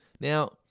Now